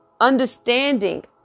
understanding